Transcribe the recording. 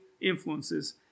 influences